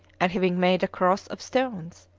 and, having made a cross of stones,